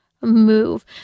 move